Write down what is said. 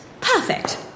Perfect